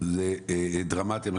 יש לזה משמעות דרמטית.